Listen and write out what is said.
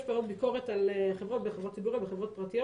יש פה היום ביקורת על חברות וחברות ציבוריות וחברות פרטיות